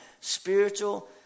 spiritual